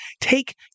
take